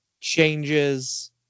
changes